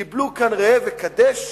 קיבלו כאן ראה וקדש,